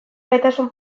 gaitasun